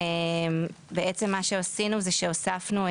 בעצם מה שעשינו זה שהוספנו,